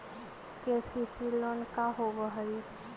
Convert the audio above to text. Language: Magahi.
के.सी.सी लोन का होब हइ?